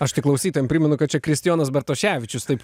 aš tik klausytojam primenu kad čia kristijonas bartoševičius taip